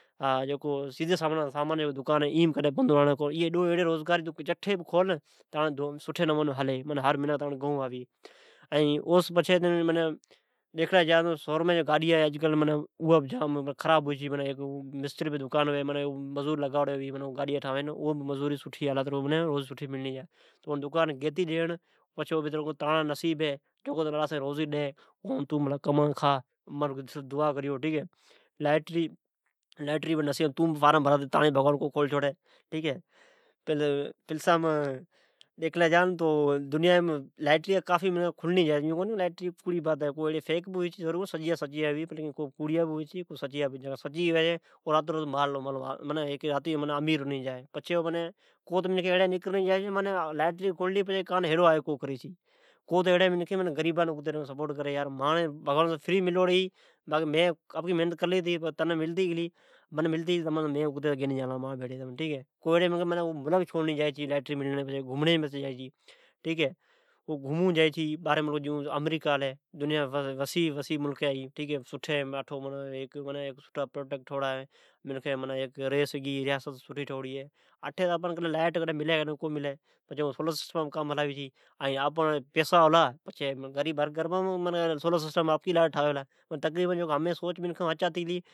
ھیک سیدی سامان جے دکان ھی ائین کڈھن بہ بند ھوڑاڑن کو ھی ، ایئن جٹے بہ کھول تو سٹھے ھلے۔ منکھین سامان گئون آوی اوس پچھے، ڈجی ھی گاڈیا جی دکان اون بہ جام ھلے کا آج کل گاڈیا جام خراب ھوی چھے مستریبے جے دکان ھوی سٹھے ھلے ھیک ڈو مذدور لگائوڑی اللہ سائین جی مھربانی س سٹھی مذدوری ملی۔ ۔ اون کھولتی ڈی پچھے اوجا نصیب ھی ۔ بگوان تاجی روزی ڈئی لائیٹری جی تون فارم بھرا چھوڑ بگوان تانجی کھول چھوڑی ۔ کو لائیٹریا کوڑیا ھوی چھی لازمی تو کونی سب کوڑیا ھوی کجھ سچیا بہ ھوی چھئ جڈ کھلے چھے تو راتیم امیر ھنی جائی چھے کو ایڑی میکھین ھے جکو لائئٹر کھلی چھے تو اون ملک چھوڑ ڑینی جائی مانجے لائیٹری کھلے تو مین تمان بھیڑی گینی جائین چھی۔ کو ایڑی منکھین ھی جکو گھمون جائی چھے۔ جیون ھیک ملک آمریکا ھی اوم ماحول سٹھا ھے ۔ اٹھے کڈھن لائیٹ ھے کڈھن کوئنی پچھے سولر لگاوی چھے۔ جڈ غریبا ٹھ پیسہ ھلا تو آپکی سولر سٹم لگا چھوڑی۔